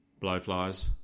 blowflies